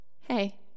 Hey